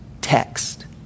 text